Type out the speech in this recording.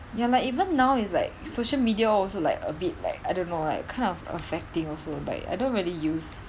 ya like even now is like social media also like a bit like I don't know like kind of affecting also like I don't really use